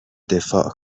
دفاع